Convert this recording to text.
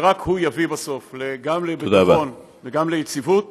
רק הוא יביא בסוף גם לביטחון וגם ליציבות